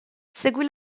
seguì